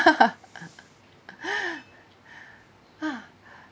ha